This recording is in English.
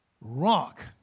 rock